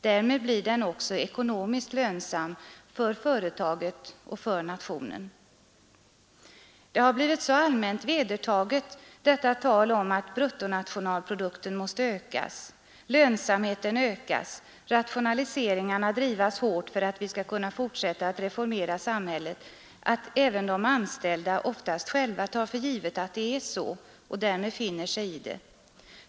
Därmed blir de också ekonomiskt lönsamma för företaget och för nationen. Uppfattningen att bruttonationalprodukten och lönsamheten måste ökas och rationaliseringarna drivas hårt för att vi skall kunna fortsätta att reformera samhället har blivit så allmänt vedertagen att även de anställda oftast själva tar för givet att det är så och därmed finner sig i förhållandena.